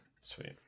Sweet